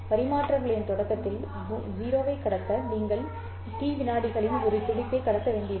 பரிமாற்றங்களின் தொடக்கத்தில் 0 ஐ கடத்த நீங்கள் T விநாடிகளின் ஒரு துடிப்பை கடத்த வேண்டியிருக்கும்